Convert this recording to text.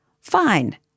fine